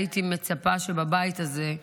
הייתי מצפה שבבית הזה,